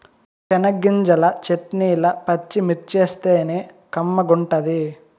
చెనగ్గింజల చెట్నీల పచ్చిమిర్చేస్తేనే కమ్మగుంటది